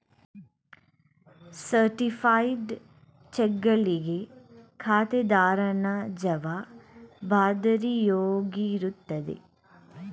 certified ಚೆಕ್ಗಳಿಗೆ ಖಾತೆದಾರನ ಜವಾಬ್ದಾರಿಯಾಗಿರುತ್ತದೆ